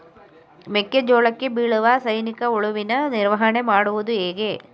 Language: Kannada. ಮೆಕ್ಕೆ ಜೋಳಕ್ಕೆ ಬೀಳುವ ಸೈನಿಕ ಹುಳುವಿನ ನಿರ್ವಹಣೆ ಮಾಡುವುದು ಹೇಗೆ?